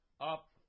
up